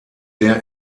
der